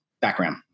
background